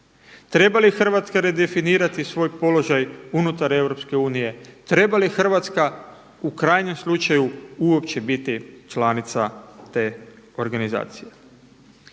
Treba li Hrvatska redefinirati svoj položaj unutar Europske unije? Treba li Hrvatska u krajnjem slučaju uopće biti članica te organizacije?